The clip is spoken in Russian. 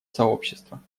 сообщества